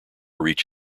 reach